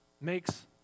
makes